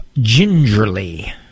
gingerly